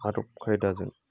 आदब खायदाजों